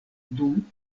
dum